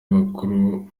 bakuru